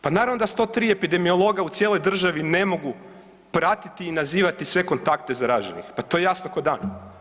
Pa naravno da 103 epidemiologa u cijeloj državi ne mogu pratiti i nazivati sve kontakte zaraženih, pa to je jasno ko dan.